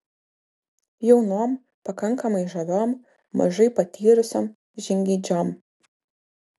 jaunom pakankamai žaviom mažai patyrusiom žingeidžiom